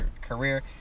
career